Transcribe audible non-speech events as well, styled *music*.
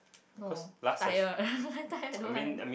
no tired *laughs* tired don't want